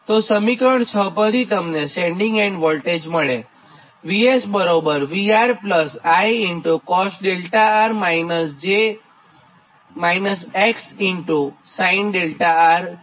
તો સમીકરણ 6 પરથી તમે સેન્ડીંગ એન્ડ વોલ્ટેજ મેળવી શકો છો જે VSVRI R cos𝛿𝑅 X sin𝛿𝑅 છે